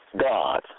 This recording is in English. God